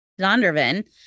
Zondervan